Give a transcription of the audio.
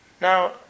Now